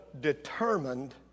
determined